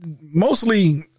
mostly